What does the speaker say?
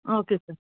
okay sir